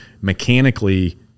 mechanically